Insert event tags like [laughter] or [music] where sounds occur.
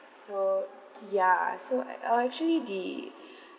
so ya so I I actually the [breath]